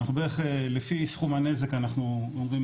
אנחנו בערך לפי סכום הנזק אנחנו אומרים